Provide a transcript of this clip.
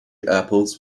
apples